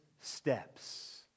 steps